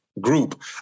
group